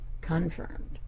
confirmed